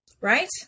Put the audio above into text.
Right